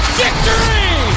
victory